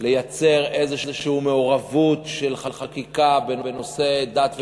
לייצר איזושהי מעורבות של חקיקה בנושא דת ומדינה,